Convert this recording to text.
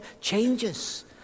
changes